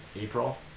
April